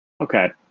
Okay